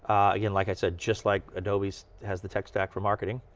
again like i said, just like adobe has the tech stack for marketing,